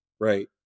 right